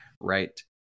right